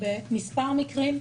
אני לא אומרת שבכל המקרים,